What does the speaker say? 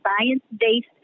science-based